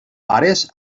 pares